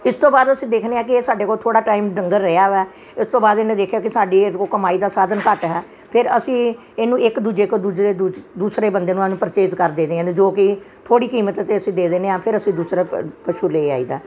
ਇਸ ਤੋਂ ਬਾਅਦ ਅਸੀਂ ਦੇਖਦੇ ਹਾਂ ਕਿ ਸਾਡੇ ਕੋਲ ਥੋੜ੍ਹਾ ਟਾਈਮ ਡੰਗਰ ਰਿਹਾ ਵਾ ਇਸ ਤੋਂ ਬਾਅਦ ਇਹਨੂੰ ਦੇਖਿਆ ਕਿ ਸਾਡੀ ਇਹ ਤੋਂ ਕਮਾਈ ਦਾ ਸਾਧਨ ਘੱਟ ਹੈ ਫਿਰ ਅਸੀਂ ਇਹਨੂੰ ਇੱਕ ਦੂਜੇ ਤੋਂ ਦੂਜੇ ਦੂ ਦੂਸਰੇ ਬੰਦੇ ਨੂੰ ਇਹਨੂੰ ਪਰਚੇਸ ਕਰਦੇ ਨੇ ਇਹਨੂੰ ਜੋ ਕਿ ਥੋੜ੍ਹੀ ਕੀਮਤ 'ਤੇ ਅਸੀਂ ਦੇ ਦਿੰਦੇ ਹਾਂ ਫਿਰ ਅਸੀਂ ਦੂਸਰਾ ਪ ਪਸ਼ੂ ਲੈ ਆਈਦਾ